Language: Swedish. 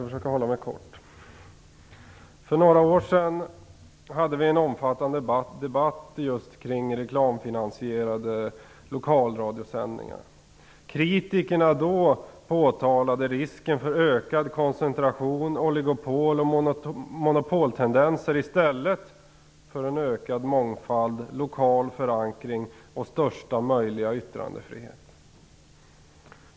Fru talman! För några år sedan hade vi en omfattande debatt om reklamfinansierade lokalradiosändningar. Kritikerna påtalade då risken för ökad koncentration, oligopol och monopoltendenser, i stället för en ökad mångfald, lokal förankring och största möjliga yttrandefrihet.